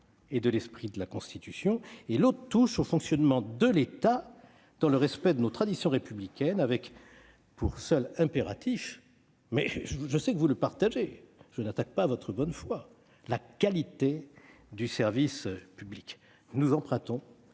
et de l'esprit de la Constitution. La seconde touche au fonctionnement de l'État, dans le respect de nos traditions républicaines, avec pour seul impératif- je sais que vous le partagez et je n'attaque pas votre bonne foi -, la qualité du service public. Nous empruntons